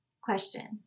Question